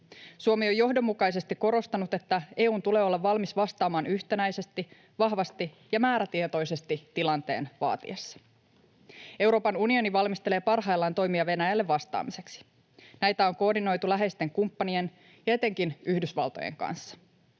Suomi on johdonmukaisesti korostanut, että EU:n tulee olla valmis vastaamaan yhtenäisesti, vahvasti ja määrätietoisesti tilanteen vaatiessa. Euroopan unioni valmistelee parhaillaan toimia Venäjälle vastaamiseksi. Näitä on koordinoitu läheisten kumppanien ja etenkin Yhdysvaltojen kanssa.